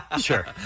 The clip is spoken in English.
Sure